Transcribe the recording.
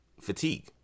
fatigue